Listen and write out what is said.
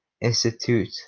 institute